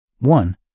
One